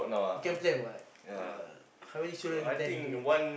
you can plan what ya how many children you planning to get